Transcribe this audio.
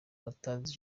abatazi